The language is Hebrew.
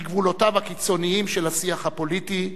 בגבולותיו הקיצוניים של השיח הפוליטי.